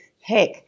heck